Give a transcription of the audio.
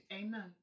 Amen